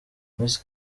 miss